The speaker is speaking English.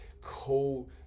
co